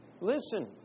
listen